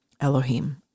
Elohim